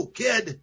kid